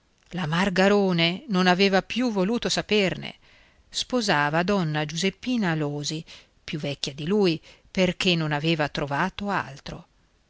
spiantato la margarone non aveva più voluto saperne sposava donna giuseppina alòsi più vecchia di lui perché non aveva trovato altro